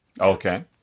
Okay